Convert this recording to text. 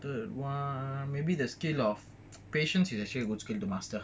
third [one] maybe the skill of patience is actually a good skill to master